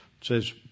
says